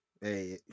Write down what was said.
Hey